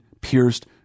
pierced